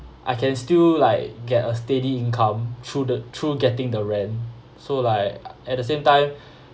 I can still like get a steady income through the through getting the rent so like at the same time